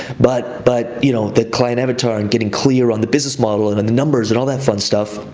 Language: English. but but you know the client avatar and getting clear on the business model and and the numbers and all that fun stuff,